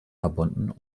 verbunden